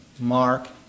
mark